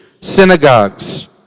synagogues